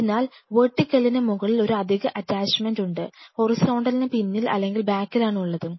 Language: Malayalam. അതിനാൽ വെർട്ടിക്കലിന് മുകളിൽ ഒരു അധിക അറ്റാച്ചുമെന്റ് ഉണ്ട് ഹൊറിസോണ്ടലിനു പിന്നിൽ അല്ലെങ്കിൽ ബാക്കിലാണുള്ളത്